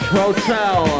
hotel